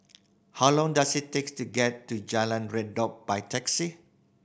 how long does it takes to get to Jalan Redop by taxi